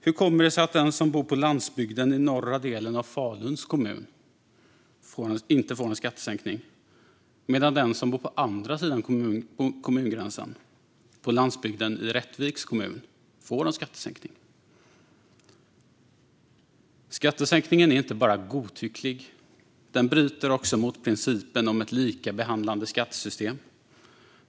Hur kommer det sig att den som bor på landsbygden i norra delen av Faluns kommun inte får en skattesänkning medan den som bor på andra sidan kommungränsen på landsbygden i Rättviks kommun får en skattesänkning? Skattesänkningen är inte bara godtycklig. Den bryter också mot principen om ett likabehandlande skattesystem.